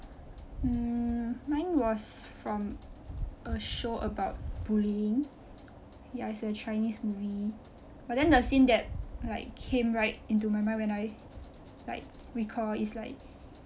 mm mine was from a show about bullying ya it's a chinese movie but then the scene that like came right into my mind when I like recall is like